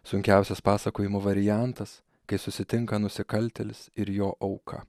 sunkiausias pasakojimo variantas kai susitinka nusikaltėlis ir jo auka